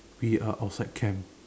we are outside camp